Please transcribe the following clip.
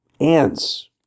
ants